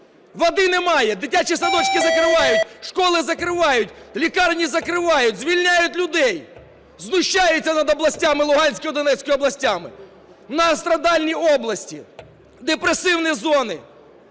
води немає, дитячі садочки закривають, школи закривають, лікарні закривають, звільняють людей, знущаються над областями, Луганською і Донецькою областями, многострадальні області, депресивні зони.